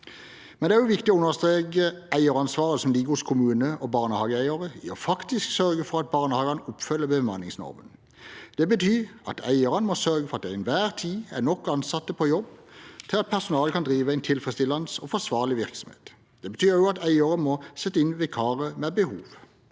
Det er også viktig å understreke eieransvaret som ligger hos kommuner og barnehageeiere for faktisk å sørge for at barnehagene oppfyller bemanningsnormen. Det betyr at eierne må sørge for at det til enhver tid er nok ansatte på jobb til at personalet kan drive en tilfredsstillende og forsvarlig virksomhet. Det betyr også at eierne må sette inn vikarer ved behov.